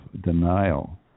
denial